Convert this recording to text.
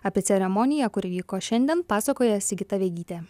apie ceremoniją kuri vyko šiandien pasakoja sigita vegytė